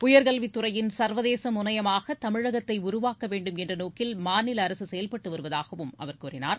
உயர்கல்வித் துறையின் சர்வதேச முனையமாக தமிழகத்தை உருவாக்க வேண்டும் என்ற நோக்கில் மாநில அரசு செயல்பட்டுவருவதாகவும் அவர் கூறினார்